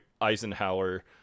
eisenhower